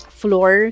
floor